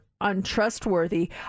untrustworthy